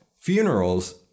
Funerals